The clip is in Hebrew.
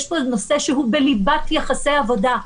יש פה נושא שהוא בליבת יחסי עבודה.